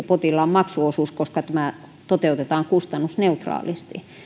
potilaan maksuosuus on korkeampi koska tämä toteutetaan kustannusneutraalisti